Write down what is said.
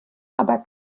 aber